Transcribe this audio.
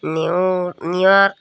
New York